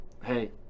hey